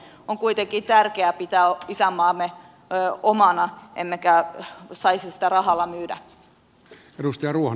on kuitenkin tärkeää pitää isänmaamme omana emmekä saisi sitä rahalla myydä